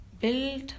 build